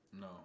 No